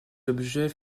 objets